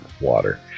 water